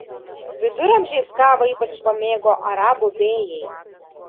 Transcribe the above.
viduramžiais kavą ypač pamėgo arabų bėjai